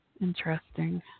Interesting